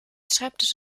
schreibtisch